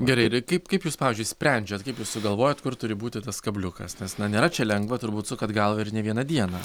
gerai ir kaip kaip jūs pavyzdžiui sprendžiat kaip sugalvojat kur turi būti tas kabliukas nas na nėra čia lengva turbūt sukat galvą ir ne vieną dieną